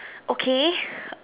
okay